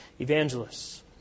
evangelists